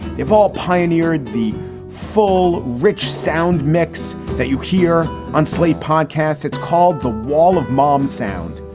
they've all pioneered the full rich sound mix that you hear on slate podcast. it's called the wall of moms sound.